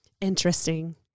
Interesting